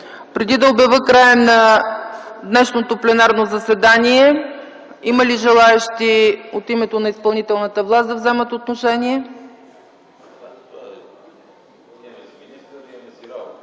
Преди да обявя края на днешното пленарно заседание, има ли желаещи от името на изпълнителната власт, да вземат отношение?